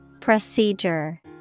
Procedure